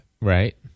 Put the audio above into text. Right